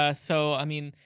ah so, i mean,